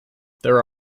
there